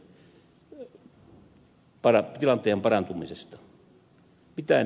mitään ei tarjota